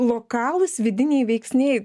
lokalūs vidiniai veiksniai